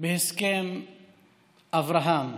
בהסכם אברהם.